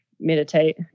meditate